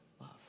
Love